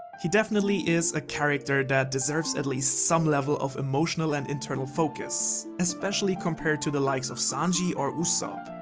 he definitely is a character that deserves at least some level of emotional and internal focus, especially compared to the likes of sanji or usopp.